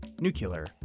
nuclear